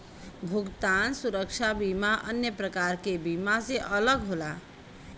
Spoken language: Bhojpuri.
भुगतान सुरक्षा बीमा अन्य प्रकार के बीमा से अलग होला